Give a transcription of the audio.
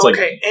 Okay